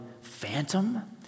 phantom